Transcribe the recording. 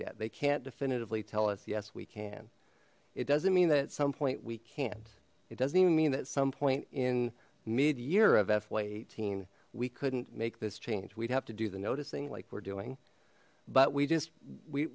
yet they can't definitively tell us yes we can it doesn't mean that at some point we can't it doesn't even mean at some point in mid year of fy eighteen we couldn't make this change we'd have to do the noticing like we're doing but we just